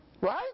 Right